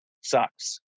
Sucks